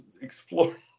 explore